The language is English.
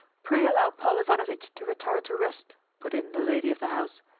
pray allow paul ivanovitch to retire to rest, put in the lady of the house.